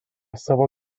savo